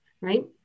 right